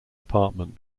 apartment